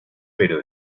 pero